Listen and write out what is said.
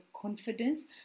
confidence